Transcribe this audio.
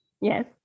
Yes